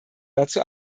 dazu